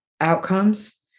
outcomes